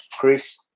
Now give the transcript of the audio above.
Chris